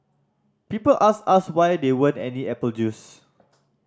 people asked us why there weren't any apple juice